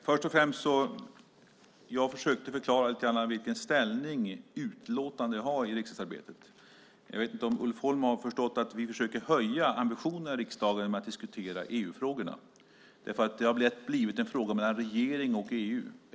Fru talman! Jag försökte förklara lite grann vilken ställning utlåtandet har i riksdagsarbetet. Jag vet inte om Ulf Holm har förstått att vi försöker höja ambitionerna i riksdagen genom att diskutera EU-frågorna. Det har ofta blivit en fråga mellan regering och EU.